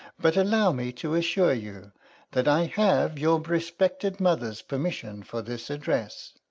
but allow me to assure you that i have your respected mother's permission for this address.